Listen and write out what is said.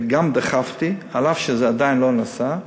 וגם דחפתי, אף שזה עדיין לא נעשה,